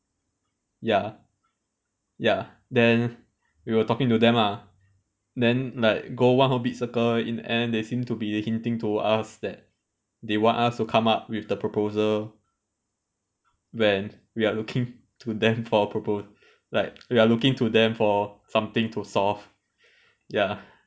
ya ya then we were talking to them ah then like go one whole big circle in the end they seem to be hinting to us that they want us to come up with the proposal when we are looking to them for propo~ like we are looking to them for something to solve ya